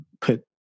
put